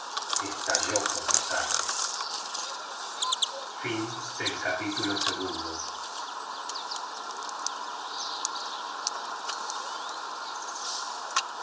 estalló por los aires